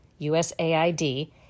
USAID